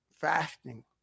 fasting